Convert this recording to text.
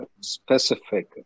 specific